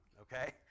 okay